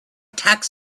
tax